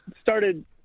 started